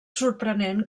sorprenent